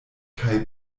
kaj